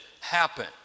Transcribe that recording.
happen